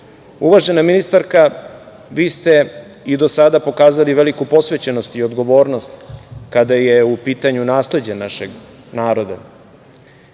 Kosova. Uvažena ministarka, vi ste i do sada pokazali veliku posvećenost i odgovornost kada je u pitanju nasleđe našeg naroda.